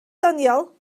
doniol